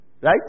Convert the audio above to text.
Right